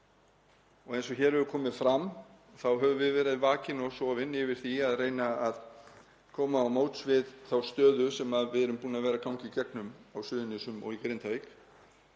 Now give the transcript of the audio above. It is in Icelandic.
Eins og hér hefur komið fram þá höfum við verið vakin og sofin yfir því að reyna að koma til móts við þá stöðu sem við erum búin að vera að ganga í gegnum á Suðurnesjum og í Grindavík.